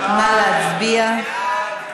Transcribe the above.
נא להצביע.